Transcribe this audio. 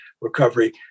recovery